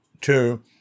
two